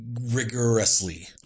rigorously